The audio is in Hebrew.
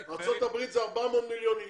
בארצות הברית, עם 400 מיליון אנשים,